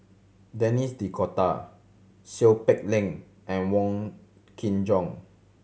Denis D'Cotta Seow Peck Leng and Wong Kin Jong